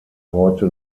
heute